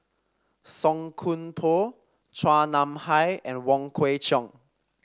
Song Koon Poh Chua Nam Hai and Wong Kwei Cheong